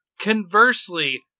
conversely